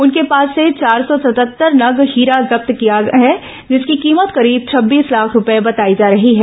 उनके पास से चार सौ सतहत्तर नग हीरा जब्त किया है जिसकी कीमत करीब छब्बीस लाख रूपये बताई जा रही है